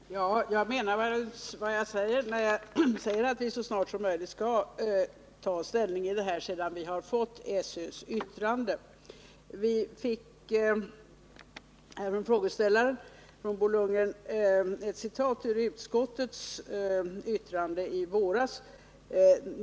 Herr talman! Jag menar vad jag säger, när jag anför att vi så snart som möjligt skall ta ställning sedan vi fått SÖ:s yttrande. Frågeställaren Bo Lundgren citerade ur utbildningsutskottets betänkande från i våras.